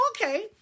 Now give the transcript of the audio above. okay